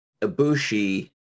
ibushi